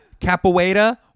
capoeira